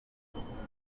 byerekana